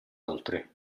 oltre